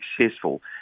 successful